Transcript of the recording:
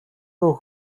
руу